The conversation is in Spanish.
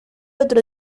otro